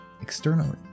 externally